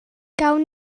gawn